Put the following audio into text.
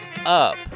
Up